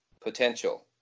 potential